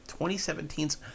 2017's